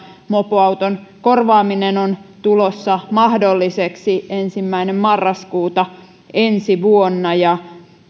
mopoauton korvaaminen on tulossa mahdolliseksi ensimmäinen yhdettätoista ensi vuonna ja